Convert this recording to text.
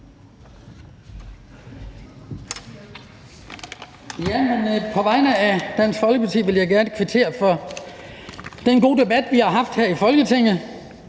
På vegne af Dansk Folkeparti vil jeg gerne kvittere for den gode debat, vi har haft her i Folketinget